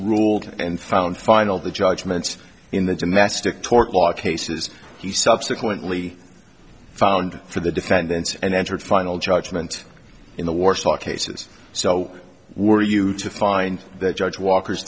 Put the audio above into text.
ruled and found final the judgments in the domestic tort law cases he subsequently found for the defendants and entered final judgment in the warsaw cases so were you to find that judge walker